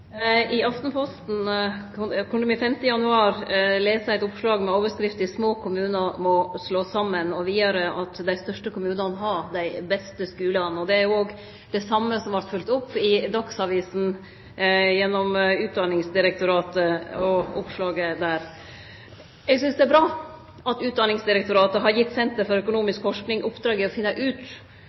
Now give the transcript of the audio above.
I Aftenposten kunne me 5. januar lese eit oppslag med overskrifta: «Små kommuner må slås sammen.» Vidare: «De største kommunene har de beste skolene.» Det er det same som vart følgt opp i Dagsavisen gjennom Utdanningsdirektoratet og oppslaget der. Eg synest det er bra at Utdanningsdirektoratet har gitt Senter for økonomisk forskning i oppdrag å finne ut